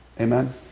Amen